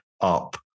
up